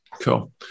Cool